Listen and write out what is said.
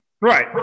right